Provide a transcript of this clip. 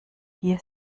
hier